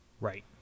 Right